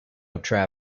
holding